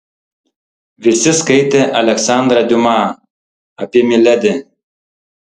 visi skaitė aleksandrą diuma apie miledi